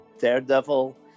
Daredevil